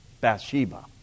Bathsheba